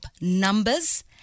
numbers